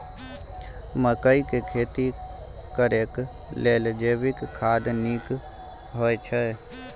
मकई के खेती करेक लेल जैविक खाद नीक होयछै?